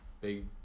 big